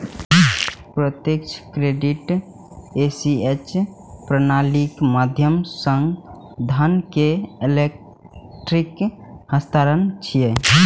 प्रत्यक्ष credit ACH प्रणालीक माध्यम सं धन के इलेक्ट्रिक हस्तांतरण छियै